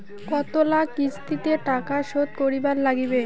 কতোলা কিস্তিতে টাকা শোধ করিবার নাগীবে?